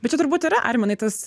bet čia turbūt yra arminai tas